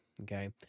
okay